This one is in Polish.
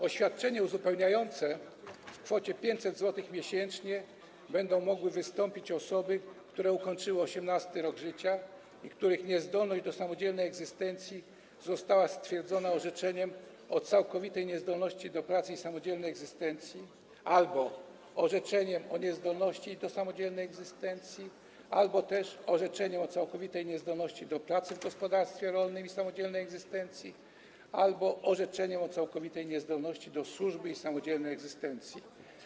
O świadczenie uzupełniające w kwocie 500 zł miesięcznie będą mogły wystąpić osoby, które ukończyły 18. rok życia i których niezdolność do samodzielnej egzystencji została stwierdzona orzeczeniem o całkowitej niezdolności do pracy i samodzielnej egzystencji albo orzeczeniem o niezdolności do samodzielnej egzystencji, albo orzeczeniem o całkowitej niezdolności do pracy w gospodarstwie rolnym i samodzielnej egzystencji, albo orzeczeniem o całkowitej niezdolności do służby i samodzielnej egzystencji.